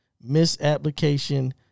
misapplication